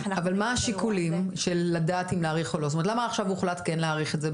אוקיי, אבל מה השיקולים של לדעת אם להאריך או לא?